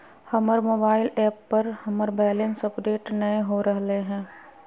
हमर mobile app पर हमर बैलेंस अपडेट नय हो रहलय हें